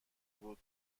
بود